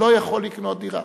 לא יכול לקנות דירה.